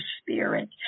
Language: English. spirit